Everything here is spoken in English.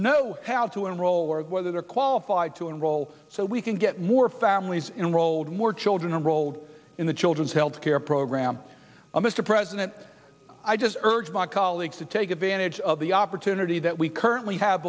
know how to enroll or whether they're qualified to enroll so we can get more families in rolled more children enrolled in the children's health care program mr president i just urge my colleagues to take advantage of the opportunity that we currently have